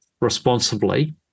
responsibly